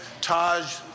Taj